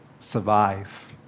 survive